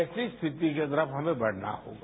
ऐसी स्थिति के तरफ हमें बढ़ना होगा